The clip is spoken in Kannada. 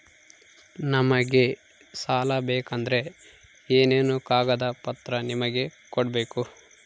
ನಮಗೆ ಸಾಲ ಬೇಕಂದ್ರೆ ಏನೇನು ಕಾಗದ ಪತ್ರ ನಿಮಗೆ ಕೊಡ್ಬೇಕು?